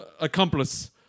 accomplice